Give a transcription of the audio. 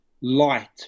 light